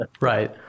right